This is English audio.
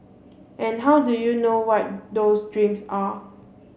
and how do you know what those dreams are